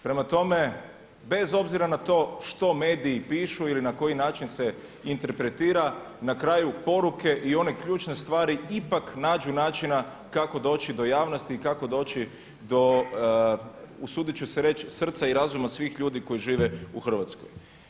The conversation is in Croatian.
Prema tome, bez obzira na to što mediji pišu ili na koji način se interpretira, na kraju poruke i one ključne stvari ipak nađu načina kako doći do javnosti i kako doći do usudit ću se reći srca i razuma svih ljudi koji žive u Hrvatskoj.